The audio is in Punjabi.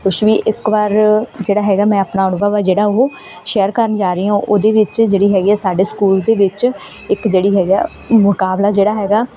ਕੁਛ ਵੀ ਇੱਕ ਵਾਰ ਜਿਹੜਾ ਹੈਗਾ ਮੈਂ ਆਪਣਾ ਅਨੁਭਵ ਹੈ ਜਿਹੜਾ ਉਹ ਸ਼ੇਅਰ ਕਰਨ ਜਾ ਰਹੀ ਹਾਂ ਉਹਦੇ ਵਿੱਚ ਜਿਹੜੀ ਹੈਗੀ ਹੈ ਸਾਡੇ ਸਕੂਲ ਦੇ ਵਿੱਚ ਇੱਕ ਜਿਹੜੀ ਹੈਗਾ ਹੈ ਮੁਕਾਬਲਾ ਜਿਹੜਾ ਹੈਗਾ